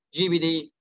GBD